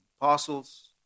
parcels